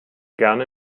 gerne